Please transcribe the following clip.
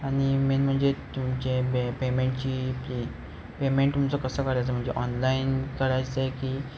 आणि मेन म्हणजे तुमचे बे पेमेंटची पे पेमेंट तुमचं कसं करायचं म्हणजे ऑनलाईन करायचं आहे की